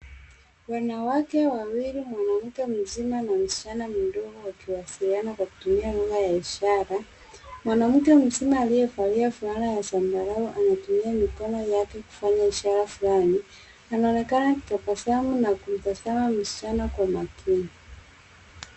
Wanawake wawili, mwanamke mzima na msichana mdogo wakiwasiliana kwa kutumia lugha ya ishara. Mwanamke mzima aliyevalia fulana ya zambarau anatumia mikono yake kufanya ishara flani. Anaonekana akitabasamu na kumtazama msichana kwa makini.